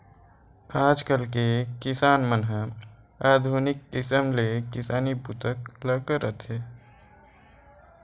आजकाल के किसान लोगन मन ह आधुनिक किसम ले किसानी बूता ल करत हे